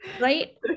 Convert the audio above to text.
Right